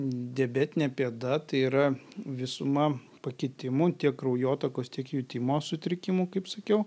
diabetinė pėda tai yra visuma pakitimų tiek kraujotakos tiek jutimo sutrikimų kaip sakiau